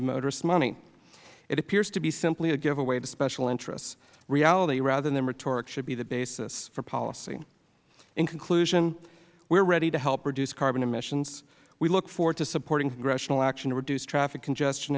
of motorists money it appears to be simply a give away to special interests reality rather than rhetoric should be the basis for policy in conclusion we are ready to help reduce carbon emissions we look forward to supporting congressional action to reduce traffic congestion